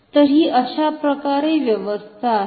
तर ही अशाप्रकारे व्यवस्था आहे